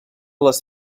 les